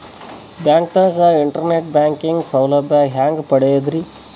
ಬ್ಯಾಂಕ್ದಾಗ internet banking ಸೌಲಭ್ಯ ಹೆಂಗ್ ಪಡಿಯದ್ರಿ?